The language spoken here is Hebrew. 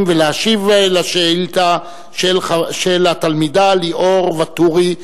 ולהשיב על שאילתא של התלמידה ליאור וטורי,